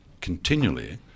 continually